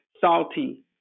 salty